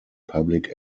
public